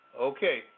Okay